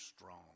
strong